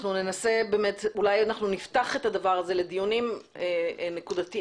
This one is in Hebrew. אולי נפתח את הדבר הזה לדיונים נקודתיים,